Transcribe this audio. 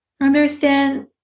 understand